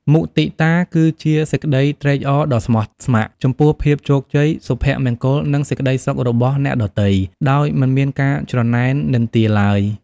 មុទិតា គឺជាសេចក្តីត្រេកអរដ៏ស្មោះស្ម័គ្រ ចំពោះភាពជោគជ័យ សុភមង្គល និងសេចក្តីសុខរបស់អ្នកដទៃ ដោយមិនមានការច្រណែននិន្ទាឡើយ។